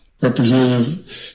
Representative